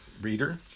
reader